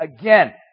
again